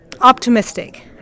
optimistic